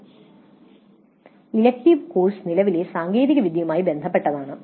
"elective course നിലവിലെ സാങ്കേതികവിദ്യയുമായി ബന്ധപ്പെട്ടതാണ്